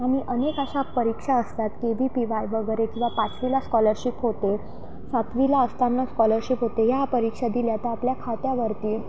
आणि अनेक अशा परीक्षा असतात के वी पी वाय वगैरे किंवा पाचवीला स्कॉलरशिप होते सातवीला असताना स्कॉलरशिप होते या परीक्षा दिल्या तर आपल्या खात्यावरती